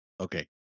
okay